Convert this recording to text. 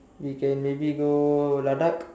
we can maybe go ladakh